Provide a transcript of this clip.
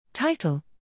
Title